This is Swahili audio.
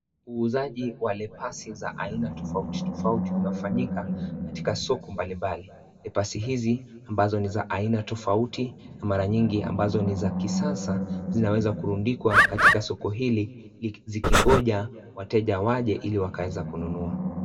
Uuzaji wa lepasi za aina tofauti tofauti unafanyika katika soko mbalimbali. Lepasi hizi ambazo ni za aina tofauti na mara nyingi ambazo ni za kisasa zinaweza kurundikwa katika soko hili zikingoja wateja waje ili waweze kununua.